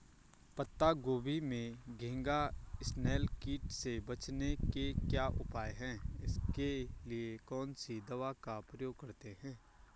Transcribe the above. पत्ता गोभी में घैंघा इसनैल कीट से बचने के क्या उपाय हैं इसके लिए कौन सी दवा का प्रयोग करते हैं?